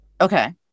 Okay